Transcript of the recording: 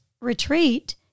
retreat